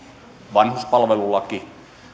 vanhuspalvelulaki